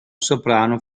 soprano